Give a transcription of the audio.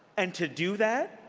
and to do that,